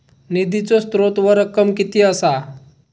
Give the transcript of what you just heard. निधीचो स्त्रोत व रक्कम कीती असा?